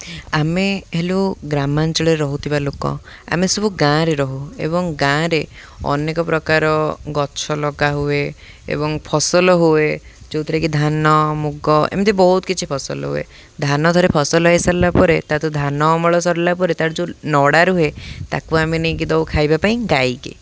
ଆମେ ହେଲୁ ଗ୍ରାମାଞ୍ଚଳରେ ରହୁଥିବା ଲୋକ ଆମେ ସବୁ ଗାଁରେ ରହୁ ଏବଂ ଗାଁରେ ଅନେକ ପ୍ରକାର ଗଛ ଲଗା ହୁଏ ଏବଂ ଫସଲ ହୁଏ ଯେଉଁଥିରେ କିି ଧାନ ମୁଗ ଏମିତି ବହୁତ କିଛି ଫସଲ ହୁଏ ଧାନ ଥରେ ଫସଲ ହେଇସାରିଲା ପରେ ତାଥିରୁ ଧାନ ଅମଳ ସରିଲା ପରେ ତାଠୁ ଯେଉଁ ନଡ଼ା ରୁହେ ତାକୁ ଆମେ ନେଇକି ଦଉ ଖାଇବା ପାଇଁ ଗାଈକି